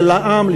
ולע"מ,